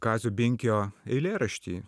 kazio binkio eilėraštį